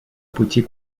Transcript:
пути